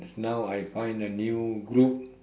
now I find a new group